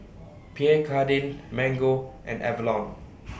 Pierre Cardin Mango and Avalon